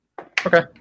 Okay